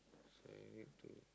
sorry where to